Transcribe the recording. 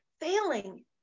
failing